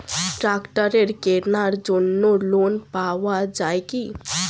ট্রাক্টরের কেনার জন্য লোন পাওয়া যায় কি?